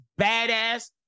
badass